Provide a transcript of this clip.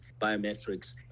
biometrics